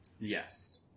Yes